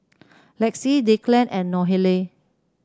Lexie Declan and Nohely